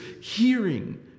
hearing